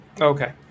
Okay